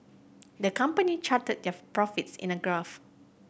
the company charted their profits in a graph